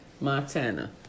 Montana